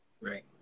right